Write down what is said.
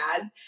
ads